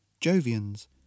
Jovians